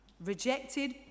rejected